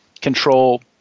control